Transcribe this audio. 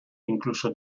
incluso